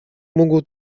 mógł